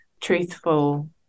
truthful